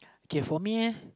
okay for me